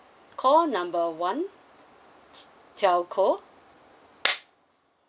call number one t~ telco